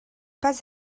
pas